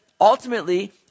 ultimately